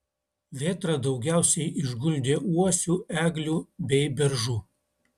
vėtra daugiausiai išguldė uosių eglių bei beržų